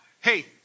Hey